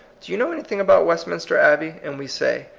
do you know anything about westminster abbey? and we say,